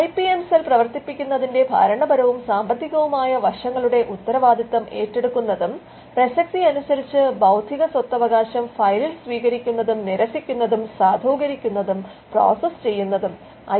I P M cell പ്രവർത്തിപ്പിക്കുന്നതിൻറെ ഭരണപരവും സാമ്പത്തികവുമായ വശങ്ങളുടെ ഉത്തരവാദിത്തം ഏറ്റെടുക്കുന്നതും പ്രസക്തി അനുസരിച്ച് ബൌദ്ധിക സ്വത്തവകാശം ഫയലിൽ സ്വീകരിക്കുന്നതും നിരസിക്കുന്നതും സാധുകരിക്കുന്നതും പ്രോസസ്സ് ചെയ്യുന്നതും ഐ പി എം സെല്ലിന്റെ മറ്റൊരു ധർമമാണ്